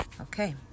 Okay